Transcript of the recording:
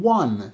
one